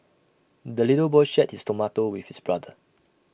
the little boy shared his tomato with his brother